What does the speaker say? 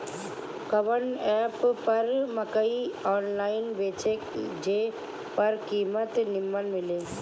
कवन एप पर मकई आनलाइन बेची जे पर कीमत नीमन मिले?